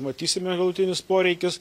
matysime galutinis poreikis